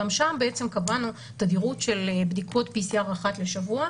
גם שם קבענו תדירות של בדיקות PCR אחת לשבוע,